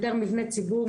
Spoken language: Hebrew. יותר מבני ציבור,